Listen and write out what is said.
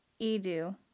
Edu